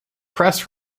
press